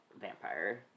vampire